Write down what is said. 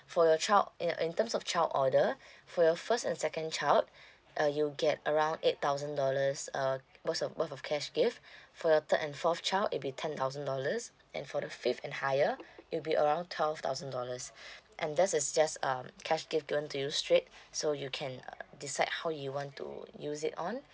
for your child in uh in terms of child order for your first and second child uh you'll get around eight thousand dollars uh worth of worth of cash gift for your third and fourth child it'll be ten thousand dollars and for the fifth and higher it'll be around twelve thousand dollars and that is just um cash gift given to you straight so you can uh decide how you want to use it on